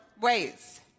ways